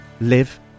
live